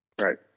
right